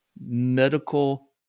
medical